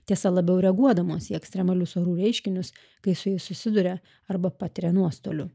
tiesa labiau reaguodamos į ekstremalius orų reiškinius kai su jais susiduria arba patiria nuostolių